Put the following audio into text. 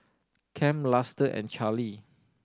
Kem Luster and Charly